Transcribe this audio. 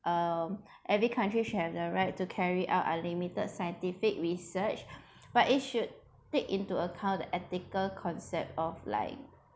um every country should have the right to carry out unlimited scientific research but it should take into account the ethical concept of like